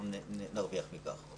אנחנו נרוויח מכך.